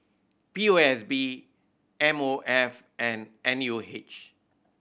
P O S B M O F and N U H